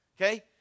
okay